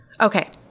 Okay